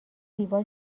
دیوار